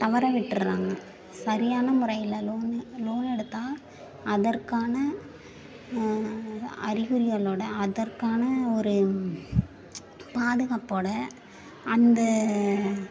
தவற விட்டுட்டுறாங்க சரியான முறையில் லோன் லோன் எடுத்தால் அதற்கான அறிகுறிகளோடு அதற்கான ஒரு பாதுகாப்போடு அந்த